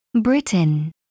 Britain